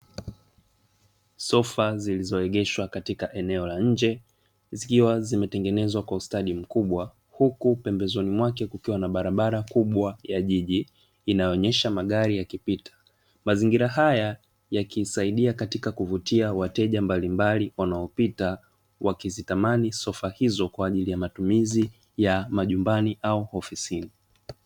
Sofa Zilizoegeshwa katika eneo la nje zikiwa zimetengenezwa kwa ustadi mkubwa huku pembezoni mwake, kukiwa na barabara kubwa ya jiji inaonyesha magari yakipita mazingira haya yakisaidia katika kuvutia wateja mbalimbali wanaopita wakizitamani sofa hizo kwa ajili ya matumizi ya majumbani au ofisini.